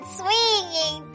swinging